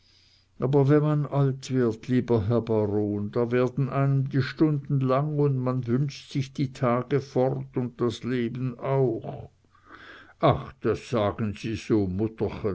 aber wenn man alt wird lieber herr baron da werden einen die stunden lang un man wünscht sich die tage fort un das leben auch ach das sagen sie so